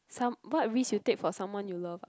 some what risk you take for someone you love ah